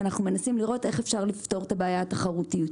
ואנחנו מנסים לראות איך אפשר לפתור את בעיית התחרותיות.